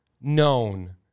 known